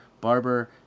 barber